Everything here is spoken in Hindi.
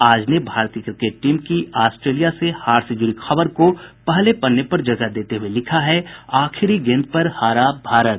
आज ने भारतीय क्रिकेट टीम की आस्ट्रेलिया से हार से जुड़ी खबर को पहले पन्ने पर जगह देते हुये लिखा है आखिरी गेंद पर हारा भारत